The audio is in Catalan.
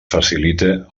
facilite